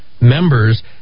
members